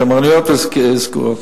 שמרניות וסגורות.